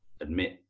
admit